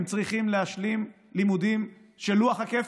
הם צריכים להשלים לימודים של לוח הכפל,